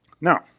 Now